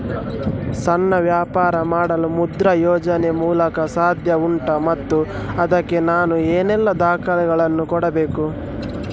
ಸಣ್ಣ ವ್ಯಾಪಾರ ಮಾಡಲು ಮುದ್ರಾ ಯೋಜನೆ ಮೂಲಕ ಸಾಧ್ಯ ಉಂಟಾ ಮತ್ತು ಅದಕ್ಕೆ ನಾನು ಏನೆಲ್ಲ ದಾಖಲೆ ಯನ್ನು ಕೊಡಬೇಕು?